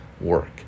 work